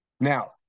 Now